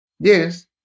Yes